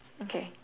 okay